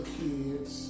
kids